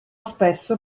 spesso